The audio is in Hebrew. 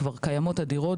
כבר קיימות הדירות.